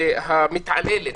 והמתעללת